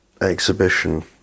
exhibition